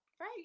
right